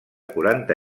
quaranta